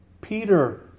Peter